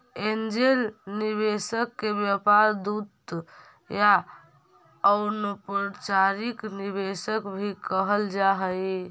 angel निवेशक के व्यापार दूत या अनौपचारिक निवेशक भी कहल जा हई